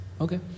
Okay